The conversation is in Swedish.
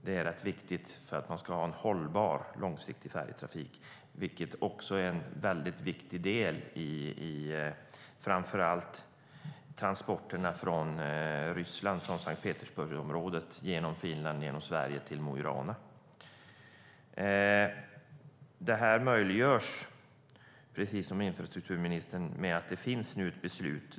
Det är rätt viktigt för att man ska ha en långsiktigt hållbar färjetrafik, vilket också är en väldigt viktig del i framför allt transporterna från Ryssland, Sankt Petersburgsområdet genom Finland och Sverige till Mo i Rana. Det möjliggörs, som infrastrukturministern säger, av att det nu finns ett beslut.